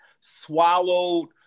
swallowed